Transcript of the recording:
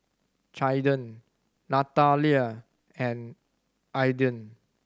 Caiden Nathalia and Ayden